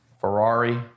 Ferrari